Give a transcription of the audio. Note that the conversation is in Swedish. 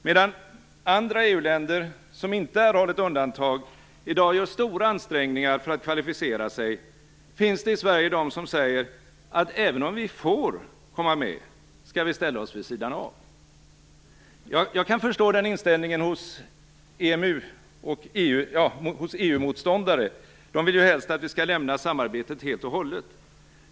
Medan andra EU länder, som inte erhållit undantag, i dag gör stora ansträngningar för att kvalificera sig, finns det i Sverige de som säger att även om vi får komma med, skall vi ställa oss vid sidan av. Jag kan förstå den inställningen hos EU-motståndare - de vill ju helst att vi skall lämna samarbetet helt och hållet.